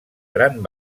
gran